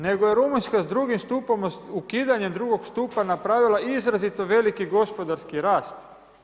Nego je Rumunjska sa drugim stupom, ukidanjem drugog stupa napravila izrazito veliki gospodarski rast.